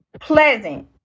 pleasant